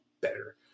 better